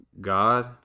God